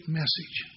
message